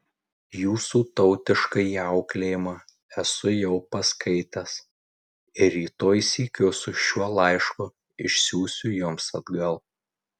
jūsų tautiškąjį auklėjimą esu jau paskaitęs ir rytoj sykiu su šiuo laišku išsiųsiu jums atgal